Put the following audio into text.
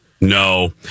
No